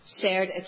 shared